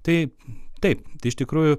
taip taip tai iš tikrųjų